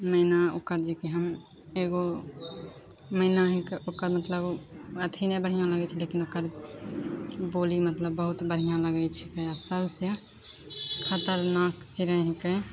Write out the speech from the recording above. मैना ओकर जेकि हम एगो मैना हिकै ओकर मतलब अथी नहि बढ़िआँ लागै छै देखैमे ओकर बोली मतलब बहुत बढ़िआँ लागै छै वएह सबसे खतरनाक चिड़ै हिकै